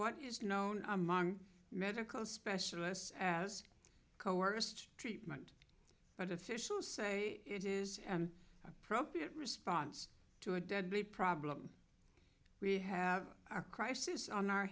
what is known among medical specialists as coerced treatment but officials say it is an appropriate response to a deadly problem we have a crisis on our